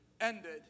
ended